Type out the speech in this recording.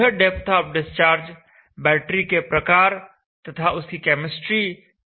यह depth of discharge battery के प्रकार तथा उसकी केमिस्ट्री पर निर्भर करती है